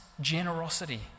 generosity